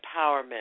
empowerment